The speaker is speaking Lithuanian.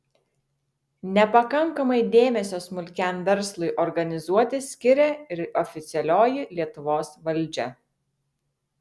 nepakankamai dėmesio smulkiam verslui organizuoti skiria ir oficialioji lietuvos valdžia